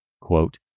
quote